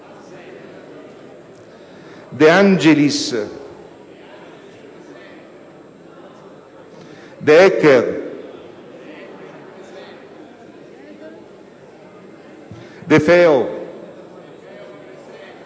De Angelis, De Eccher, De Feo,